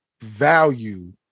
value